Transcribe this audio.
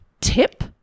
Tip